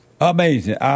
Amazing